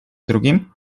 drugim